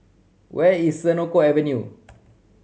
where is Senoko Avenue